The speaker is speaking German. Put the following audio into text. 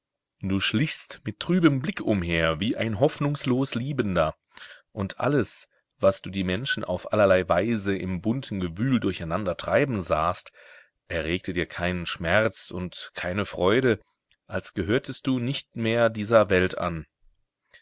du schlichst mit trübem blick umher wie ein hoffnungslos liebender und alles was du die menschen auf allerlei weise im bunten gewühl durcheinander treiben sahst erregte dir keinen schmerz und keine freude als gehörtest du nicht mehr dieser welt an